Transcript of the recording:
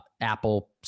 Apple